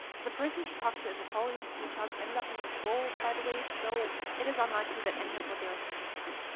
the person she talked to in the following screenshots ended up being a troll, by the way, so it is unlikely that any of what they are saying is true.